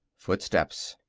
footsteps.